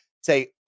say